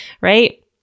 right